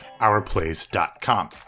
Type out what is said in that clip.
ourplace.com